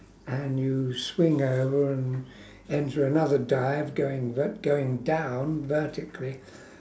and you swing over and enter another dive going v~ going down vertically